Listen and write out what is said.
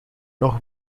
nog